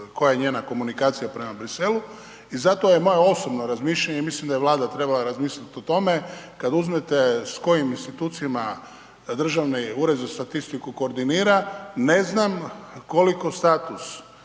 koja je njena komunikacija prema Briselu i zato je moje osobno razmišljanje i mislim da je Vlada trebala razmislit o tome, kad uzmete s kojim institucijama Državni ured za statistiku koordinira, ne znam koliko status